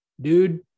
Dude